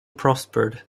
prospered